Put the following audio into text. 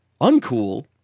uncool